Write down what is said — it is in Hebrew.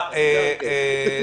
מדויק.